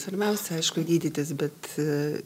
svarbiausia aišku gydytis bet